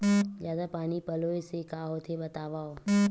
जादा पानी पलोय से का होथे बतावव?